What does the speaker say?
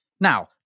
Now